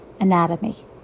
anatomy